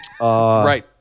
Right